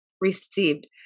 received